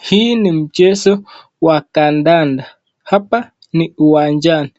Hii ni mchezo wa kandanda ,hapa ni uwanjani